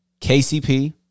KCP